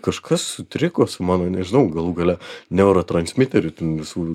kažkas sutrikus mano nežinau galų gale neurotransmiterių visų